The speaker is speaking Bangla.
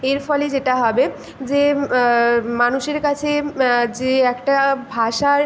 এর ফলে যেটা হবে যে মানুষের কাছে যে একটা ভাষার